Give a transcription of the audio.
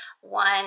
one